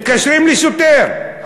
מתקשרים לשוטר,